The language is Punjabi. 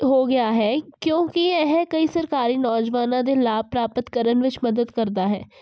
ਹੋ ਗਿਆ ਹੈ ਕਿਉਂਕਿ ਇਹ ਕਈ ਸਰਕਾਰੀ ਨੌਜਵਾਨਾਂ ਦੇ ਲਾਭ ਪ੍ਰਾਪਤ ਕਰਨ ਵਿੱਚ ਮਦਦ ਕਰਦਾ ਹੈ